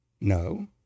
No